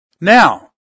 Now